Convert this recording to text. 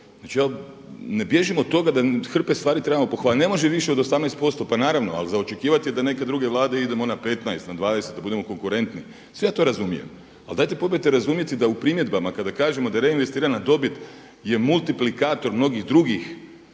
znači ja ne bježim od toga da hrpe stvari trebamo pohvaliti, ne može više od 18%. Pa naravno ali za očekivati je da neke druge Vlade idemo na 15, na 20 da budemo konkurenti. Sve ja to razumijem, ali dajte probajte razumjeti da u primjedbama kada kažemo da je reinvestirana dobit je multiplikator mnogih drugih